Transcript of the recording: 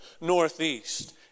northeast